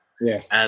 Yes